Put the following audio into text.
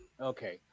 Okay